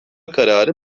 kararı